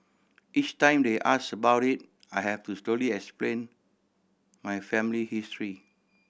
each time they ask about it I have to slowly explain my family history